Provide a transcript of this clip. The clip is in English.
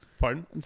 pardon